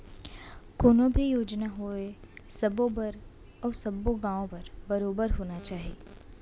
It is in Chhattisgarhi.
कोनो भी योजना होवय सबो बर अउ सब्बो गॉंव बर बरोबर होना चाही